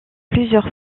plusieurs